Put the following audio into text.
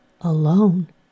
alone